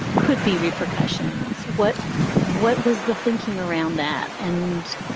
could be repercussions. what? what was the thinking around that? and.